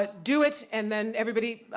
but do it and then everybody,